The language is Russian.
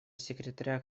секретаря